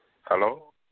Hello